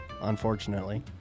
unfortunately